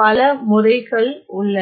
பல முறைகள் உள்ளன